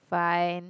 fine